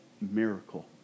miracle